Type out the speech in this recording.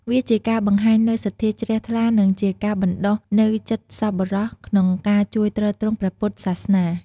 វាជាការបង្ហាញនូវសទ្ធាជ្រះថ្លា និងជាការបណ្ដុះនូវចិត្តសប្បុរសក្នុងការជួយទ្រទ្រង់ព្រះពុទ្ធសាសនា។